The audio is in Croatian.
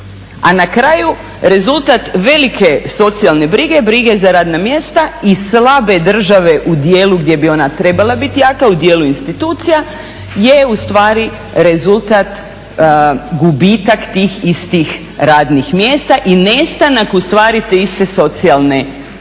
A na kraju rezultat velike socijalne brige, brige za radna mjesta i slabe države u dijelu gdje bi onda trebala biti jaka, u dijelu institucija, je ustvari rezultat gubitak tih istih radnih mjesta i nestanak ustvari te iste socijalne zaštite.